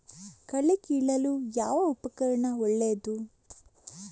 ಕಳೆ ಕೀಳಲು ಯಾವ ಉಪಕರಣ ಒಳ್ಳೆಯದು?